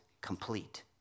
complete